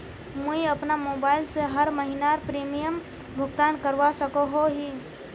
मुई अपना मोबाईल से हर महीनार प्रीमियम भुगतान करवा सकोहो ही?